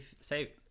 say